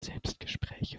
selbstgespräche